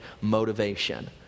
motivation